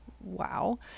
Wow